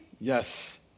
Yes